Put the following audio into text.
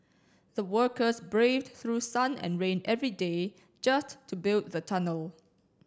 the workers braved through sun and rain every day just to build the tunnel